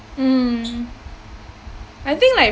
mm I think like